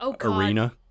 arena